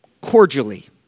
Cordially